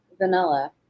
vanilla